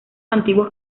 antiguos